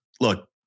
look